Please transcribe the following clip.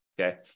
okay